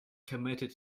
committed